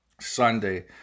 Sunday